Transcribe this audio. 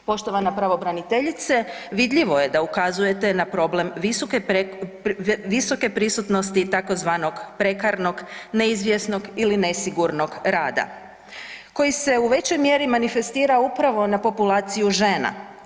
Poštovana pravobraniteljice vidljivo je da ukazujete na problem visoke prisutnosti tzv. prekarnog, neizvjesnog ili nesigurnog rada koji se u većoj mjeri manifestira upravo na populaciju žena.